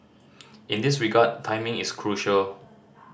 in this regard timing is crucial